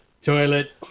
toilet